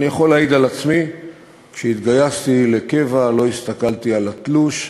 אני יכול להעיד על עצמי שכשהתגייסתי לקבע לא הסתכלתי על התלוש,